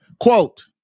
Quote